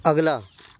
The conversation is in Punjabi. ਅਗਲਾ